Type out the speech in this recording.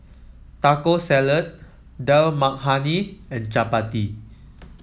Taco Salad Dal Makhani and Chapati